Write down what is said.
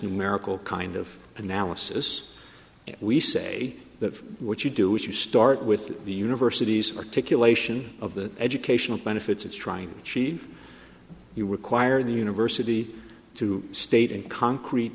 numerical kind of analysis and we say that what you do is you start with the university's articulation of the educational benefits it's trying achieve you were choir the university to state in concrete